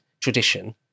tradition